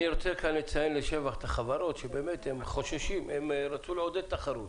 אני רוצה לציין לשבח את החברות שרצו לעודד תחרות.